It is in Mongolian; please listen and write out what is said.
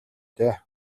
дээ